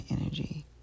energy